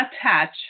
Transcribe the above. attach